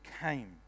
came